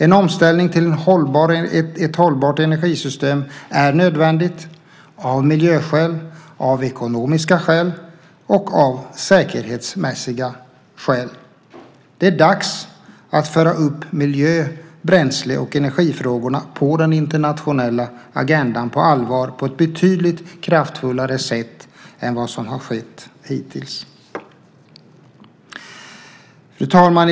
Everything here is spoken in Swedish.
En omställning till ett hållbart energisystem är nödvändigt av miljöskäl, av ekonomiska skäl och av säkerhetsmässiga skäl. Det är dags att på allvar föra upp miljö-, bränsle och energifrågorna på den internationella agendan på ett betydligt kraftfullare sätt än vad som skett hittills. Fru talman!